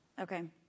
Okay